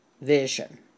vision